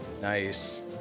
Nice